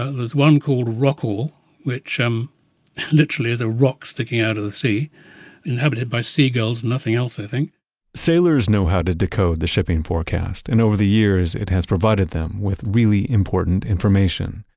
ah there's one called rockall which um literally is a rock sticking out of the sea inhabited by seagulls nothing else i think sailors know how to decode the shipping forecast, and over the years it has provided them with really important information.